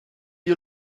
you